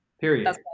period